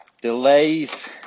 delays